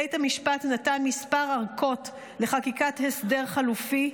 בית המשפט נתן כמה ארכות לחקיקת הסדר חלופי.